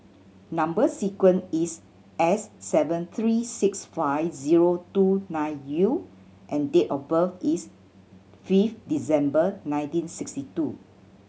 number sequence is S seven three six five zero two nine U and date of birth is fifth December nineteen sixty two